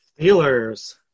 Steelers